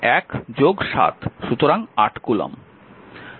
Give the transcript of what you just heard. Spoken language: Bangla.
সুতরাং 8 কুলম্ব